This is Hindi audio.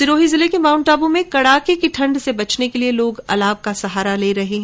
सिरोही जिले के माउंटआबू में कड़ाके की ठंड से बचने के लिए लोग अलाव का सहारा ले रहे हैं